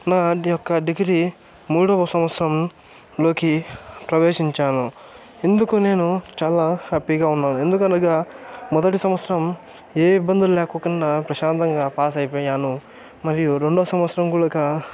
నాది యొక్క డిగ్రీ మూడవ సంవత్సరం లోకి ప్రవేశించాను ఇందుకు నేను చాలా హ్యాపీగా ఉన్నాను ఎందుకనగా మొదటి సంవత్సరం ఏ ఇబ్బందులు లేకోకుండా ప్రశాంతంగా పాస్ అయిపోయాను మరియు రెండవ సంవత్సరం గూడాక